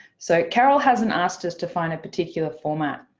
so carol hasn't asked us to find a particular format.